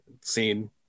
scene